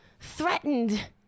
threatened